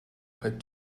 had